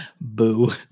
boo